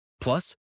Plus